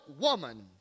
woman